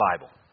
Bible